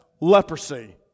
leprosy